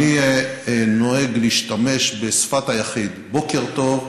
אני נוהג להשתמש בשפת היחיד: בוקר טוב,